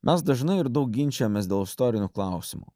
mes dažnai ir daug ginčijomės dėl istorinių klausimų